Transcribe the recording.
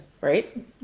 Right